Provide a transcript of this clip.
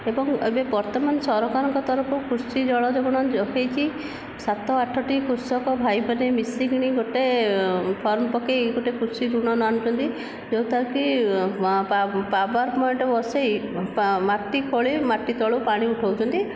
ଏବଂ ଏବେ ବର୍ତ୍ତମାନ ସରକାରଙ୍କ ତରଫରୁ କୃଷି ଜଳ ଯୋଗାଣ ହୋଇଛି ସାତ ଆଠଟି କୃଷକ ଭାଇମାନେ ମିଶିକିଣି ଗୋଟିଏ ଫର୍ମ ପକାଇ ଗୋଟିଏ କୃଷି ଋଣ ଆଣୁଛନ୍ତି ଯେଉଁଟାକି ପାୱାର ପଏଣ୍ଟ ବସେଇ ମାଟି ଖୋଳି ମାଟି ତଳୁ ପାଣି ଉଠାଉଛନ୍ତି